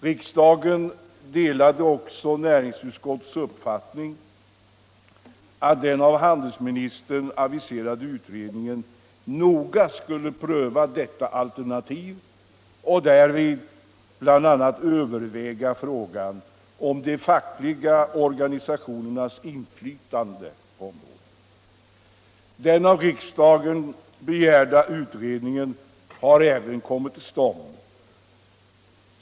Likaså delade riksdagen näringsutskottets uppfattning att den av handelsministern aviserade utredningen noga skulle pröva detta alternativ och därvid bl.a. överväga frågan om de fackliga organisationernas inflytande på området. Den av riksdagen begärda utredningen har också kommit till stånd.